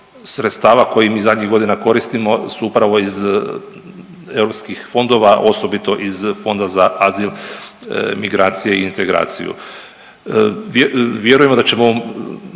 koji mi zadnjih godina koristimo su upravo iz europskih fondova osobito iz Fonda za azil, migracije i integraciju. Vjerujemo da ćemo